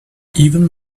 even